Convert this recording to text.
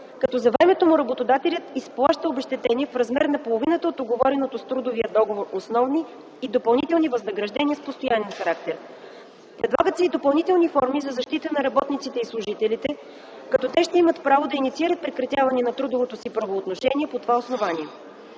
като за времето му работодателят изплаща обезщетение в размер на половината от уговорените с трудовия договор основни и допълнителни възнаграждения с постоянен характер. Предлагат се и допълнителни форми на защита за работниците и служителите, като те ще имат право да инициират прекратяването на трудовите си правоотношения на това основание.